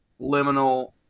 liminal